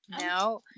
No